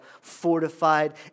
fortified